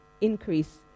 increase